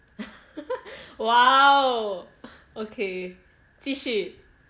!wow! okay 继续